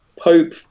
Pope